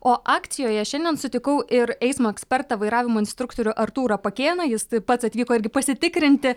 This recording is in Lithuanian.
o akcijoje šiandien sutikau ir eismo ekspertą vairavimo instruktorių artūrą pakėną jis taip pat atvyko irgi pasitikrinti